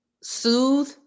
soothe